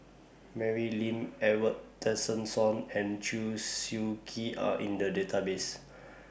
Mary Lim Edwin Tessensohn and Chew Swee Kee Are in The Database